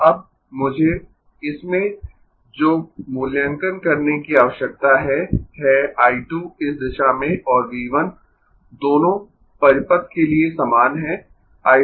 तो अब मुझे इसमें जो मूल्यांकन करने की आवश्यकता है है I 2 इस दिशा में और V 1 दोनों परिपथ के लिए समान है I 2 और V 1